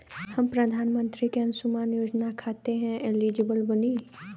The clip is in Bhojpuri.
हम प्रधानमंत्री के अंशुमान योजना खाते हैं एलिजिबल बनी?